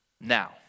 Now